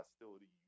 hostility